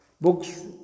Books